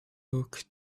hook